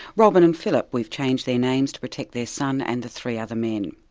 robyn and phillip. we've changed their names to protect their son and the three other men.